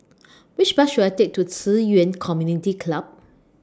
Which Bus should I Take to Ci Yuan Community Club